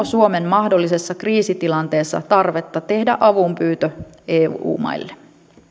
suomen mahdollisessa kriisitilanteessa tarvetta tehdä avunpyyntö eu maille